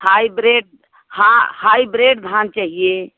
hybrid हाँ hybrid धान चाहिए